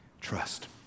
Trust